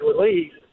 released